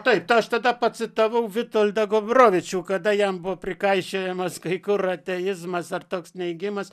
taip tai ką aš tada pacitavau witoldą gombrowiczių kada jam buvo prikaišiojamas kai kur ateizmas ar toks neigimas